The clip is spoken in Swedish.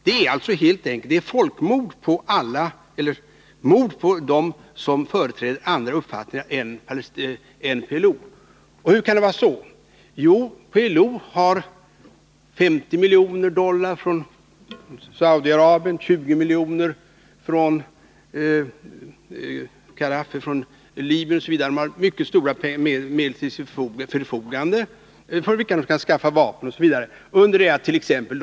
Det blir mord på dem som företräder andra uppfattningar än PLO:s. Hur kan det vara så? Jo, PLO har 50 miljoner dollar från Saudiarabien, 20 miljoner från Libyen osv. Man har alltså stora medel till sitt förfogande, för vilka man kan skaffa bl.a. vapen, under det attt.ex.